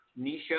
Nisha